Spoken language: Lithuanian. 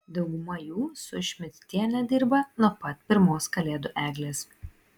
dauguma jų su šmidtiene dirba nuo pat pirmos kalėdų eglės